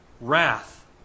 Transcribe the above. wrath